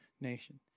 nation